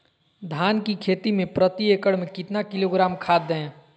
धान की खेती में प्रति एकड़ में कितना किलोग्राम खाद दे?